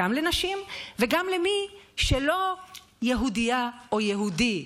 גם לנשים וגם למי שלא יהודייה או יהודי,